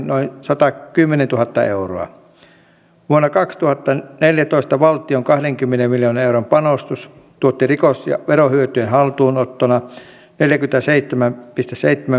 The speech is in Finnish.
minusta se on ollut hyvä lähtökohta että me emme niin sanotusti sijoita vaan että he jotka saavat meiltä oleskeluluvan sijoittuvat